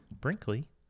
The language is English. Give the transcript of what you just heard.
Brinkley